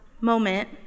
moment